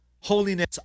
Holiness